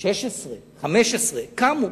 16, 15, קמו.